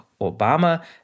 Obama